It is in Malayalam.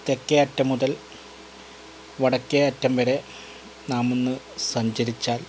തെക്കേ അറ്റം മുതൽ വടക്കേ അറ്റം വെരെ നാമൊന്ന് സഞ്ചരിച്ചാൽ